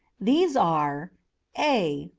these are a.